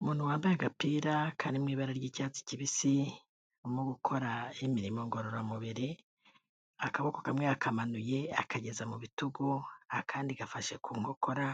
Umuntu wambaye agapira karirimo ibara ry'icyatsi, urimo gukora imirimo ngororamubiri akaboko kamwe yakamanuye akageza mu bitugu akandi gafashe ku nkokora